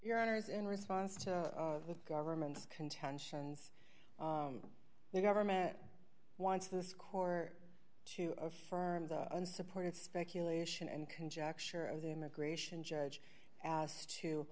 your honor is in response to the government's contentions the government wants the score to affirm the unsupported speculation and conjecture of the immigration judge as to